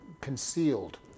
concealed